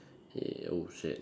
y~ oh shit